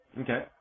Okay